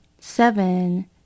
Seven